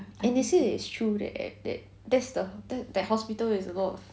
and they say that it's true that that that's the that hospital is a lot of